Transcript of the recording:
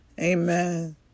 Amen